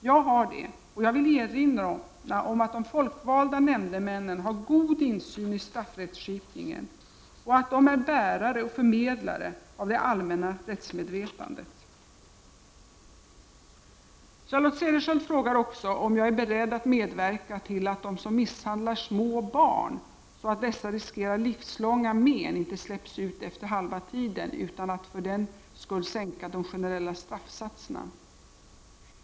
Jag har det, och jag vill erinra om att de folkvalda nämndemännen har god insyn i straffrättskipningen och att de är bärare och förmedlare av det allmänna rättsmedvetandet. Charlotte Cederschiöld frågar också, om jag är beredd att medverka till att de som misshandlar små barn så att dessa riskerar livslånga men inte släpps ut efter halva tiden, utan att för den skull sänka de generella straffsatserna.